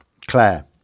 Claire